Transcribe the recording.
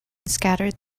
scattered